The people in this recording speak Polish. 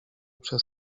przez